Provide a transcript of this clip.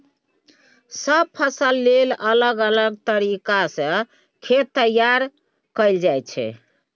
सब फसल लेल अलग अलग तरीका सँ खेत तैयार कएल जाइ छै